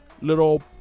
little